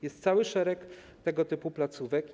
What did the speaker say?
Jest cały szereg tego typu placówek.